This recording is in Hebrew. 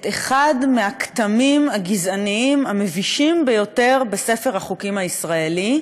את אחד מהכתמים הגזעניים המבישים ביותר בספר החוקים הישראלי,